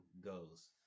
goes